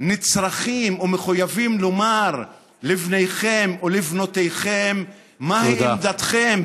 נצרכים ומחויבים לומר לבניכם ולבנותיכם מהי עמדתכם,